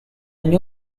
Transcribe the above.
new